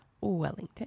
Wellington